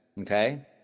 okay